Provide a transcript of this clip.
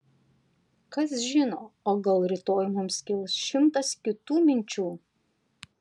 kas žino o gal rytoj mums kils šimtas kitų minčių